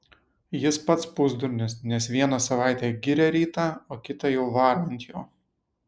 jis pats pusdurnis nes vieną savaitę giria rytą o kitą jau varo ant jo